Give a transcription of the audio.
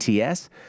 ats